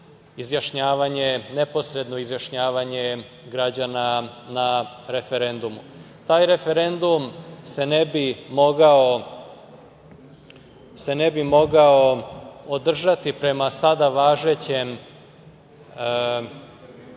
izjašnjavanje, neposredno izjašnjavanje građana na referendumu. Taj referendum se ne bi mogao održati prema sada važećem